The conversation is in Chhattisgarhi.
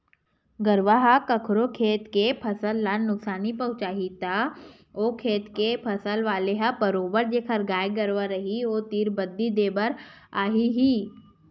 गरुवा ह कखरो खेत के फसल ल नुकसानी पहुँचाही त ओ खेत के फसल वाले ह बरोबर जेखर गाय गरुवा रहिथे ओ तीर बदी देय बर आही ही